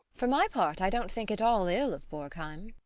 for my part, i don't think at all ill of borgheim.